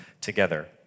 together